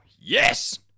yes